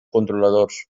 controladors